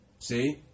See